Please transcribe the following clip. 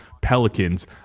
Pelicans